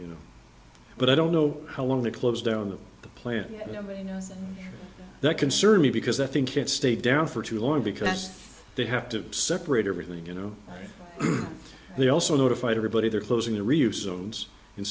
you know but i don't know how long they closed down the plant that concerned me because i think it stayed down for too long because they have to separate everything you know they also notified everybody they're closing the